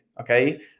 Okay